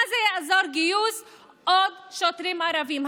מה יעזור גיוס עוד שוטרים ערבים?